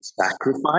sacrifice